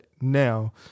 now